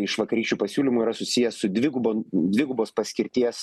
iš vakarykščių pasiūlymų yra susijęs su dvigubom dvigubos paskirties